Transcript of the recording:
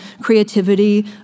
creativity